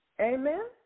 Amen